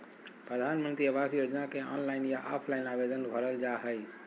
प्रधानमंत्री आवास योजना के ऑनलाइन या ऑफलाइन आवेदन भरल जा हइ